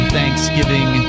Thanksgiving